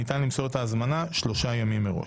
ניתן למסור את ההזמנה שלושה ימים מראש.